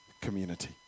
community